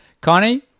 Connie